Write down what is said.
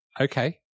Okay